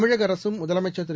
தமிழக அரசும் முதலமைச்சர் திரு